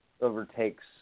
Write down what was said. overtakes